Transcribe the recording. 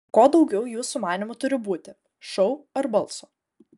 ko daugiau jūsų manymu turi būti šou ar balso